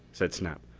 said snap.